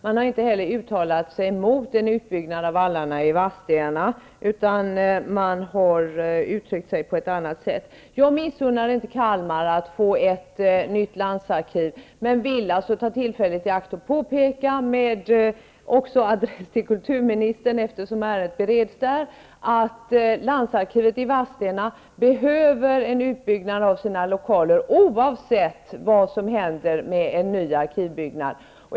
Man har inte heller uttalat sig mot en utbyggnad av Vallarna i Vadstena, utan man har uttryckt sig på ett annat sätt. Jag missunnar inte Kalmar att få ett nytt landsarkiv, men vill ta tillfället i akt att påpeka -- också för kulturministern, eftersom ärendet bereds inom hennes departement -- att landsarkivet i Vadstena behöver en utbyggnad av sina lokaler oavsett vad som händer med en ny arkivbyggnad.